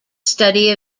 study